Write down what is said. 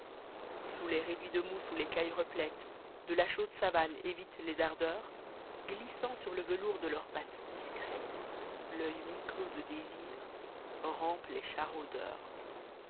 sous les réduits de mousse ou les caihes replètes de la chaude savane évitent les ardeurs glissant sur e velours de leurs pattes discrètes l'ceh mi-clos de désir rampent les chats rôdeurs